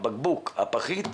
הבקבוק או הפחית,